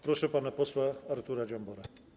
Proszę pana posła Artura Dziambora.